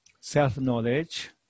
self-knowledge